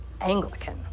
Anglican